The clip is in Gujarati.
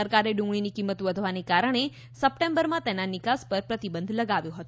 સરકારે ડુંગળીની કિંમત વધવાને કારણે સપ્ટેમ્બરમાં તેના નિકાસ પર પ્રતિબંધ લગાવ્યો હતો